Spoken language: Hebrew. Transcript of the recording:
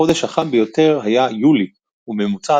החודש החם ביותר היה יולי וממוצע